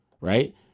Right